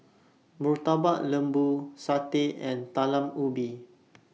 Murtabak Lembu Satay and Talam Ubi